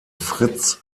fritz